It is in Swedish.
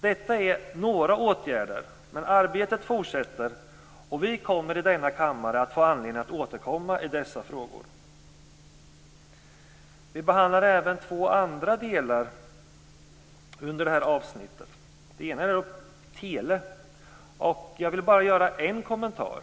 Detta är några åtgärder, men arbetet fortsätter. Vi kommer i denna kammare att få anledning att återkomma i dessa frågor. Vi behandlar även två andra delar under detta avsnitt. Den ena delen är tele, och jag vill där bara göra en kommentar.